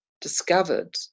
discovered